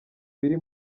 biri